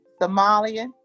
Somalian